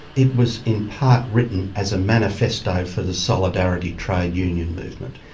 it was in part written as a manifesto for the solidarity trade union movement,